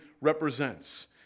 represents